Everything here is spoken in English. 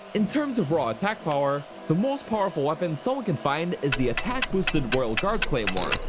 in terms of raw attack power, the most powerful weapon someone can find is the attack boosted royal guards claymore,